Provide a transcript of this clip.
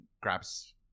grabs